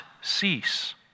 cease